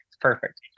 Perfect